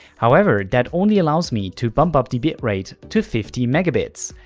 however, that only allows me to bump up the bitrate to fifty megabits.